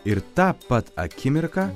ir tą pat akimirką